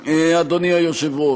אדוני היושב-ראש: